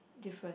different